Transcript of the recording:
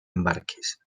embarques